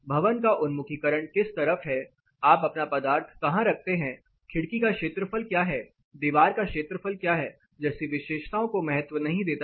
भवन का उन्मुखीकरण किस तरफ है आप अपना पदार्थ कहां रखते हैं खिड़की का क्षेत्रफल क्या है दीवार का क्षेत्रफल क्या है जैसी विशेषताओं को महत्व नहीं देता है